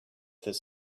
this